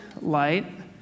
light